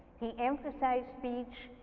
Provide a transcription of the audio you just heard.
he emphasized speech.